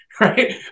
right